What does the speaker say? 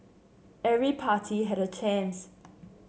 every party had a chance